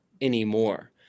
anymore